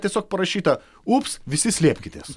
tiesiog parašyta ups visi slėpkitės